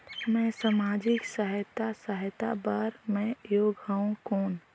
मैं समाजिक सहायता सहायता बार मैं योग हवं कौन?